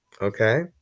Okay